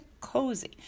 cozy